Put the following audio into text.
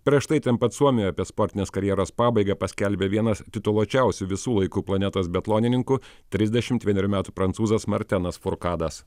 prieš tai ten pat suomijoj apie sportinės karjeros pabaigą paskelbė vienas tituluočiausių visų laikų planetos biatlonininkų trisdešimt vienerių metų prancūzas martenas furkadas